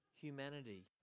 humanity